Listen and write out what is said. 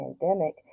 pandemic